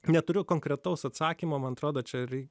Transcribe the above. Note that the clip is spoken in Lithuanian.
neturiu konkretaus atsakymo man atrodo čia reikia